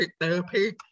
therapy